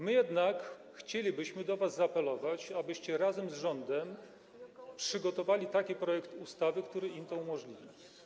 My jednak chcielibyśmy do was zaapelować, abyście razem z rządem przyjęli taki projekt ustawy, który im to umożliwi.